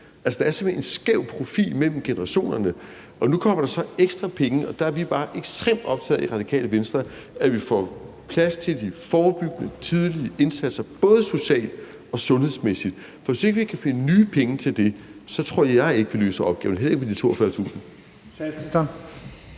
hen en skæv profil mellem generationerne. Og nu kommer der så ekstra penge, og der er vi i Radikale Venstre bare ekstremt optaget af, at vi får plads til de forebyggende, tidlige indsatser, både socialt og sundhedsmæssigt, for hvis ikke vi kan finde nye penge til det, tror jeg ikke, vi løser opgaven, heller ikke med de 42.000